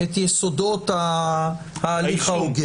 את יסודות ההליך ההוגן.